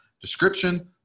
Description